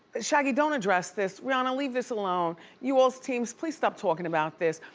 shaggy, don't address this, rihanna, leave this alone. you all's teams, please stop talking about this.